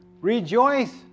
Rejoice